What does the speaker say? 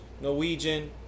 Norwegian